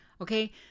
Okay